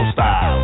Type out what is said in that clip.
Style